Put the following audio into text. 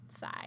side